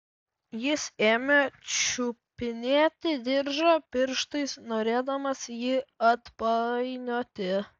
jis ėmė čiupinėti diržą pirštais norėdamas jį atpainioti